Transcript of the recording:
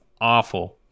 Awful